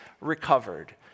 recovered